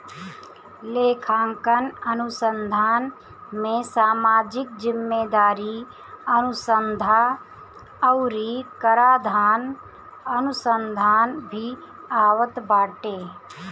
लेखांकन अनुसंधान में सामाजिक जिम्मेदारी अनुसन्धा अउरी कराधान अनुसंधान भी आवत बाटे